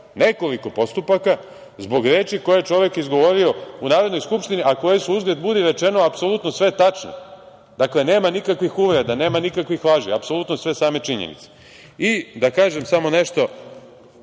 nekoliko postupaka zbog reči koje je čovek izgovorio u Narodnoj skupštini, a koje su, uzgred budi rečeno, sve tačne. Dakle, nema nikakvih uvreda, nema nikakvih laži, apsolutno sve same činjenice. Da kažem samo nešto,